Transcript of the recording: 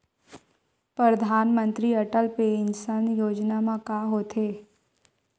परधानमंतरी अटल पेंशन योजना मा का होथे?